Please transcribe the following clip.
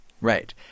Right